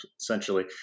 Essentially